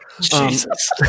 Jesus